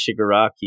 Shigaraki